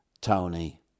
tony